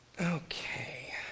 Okay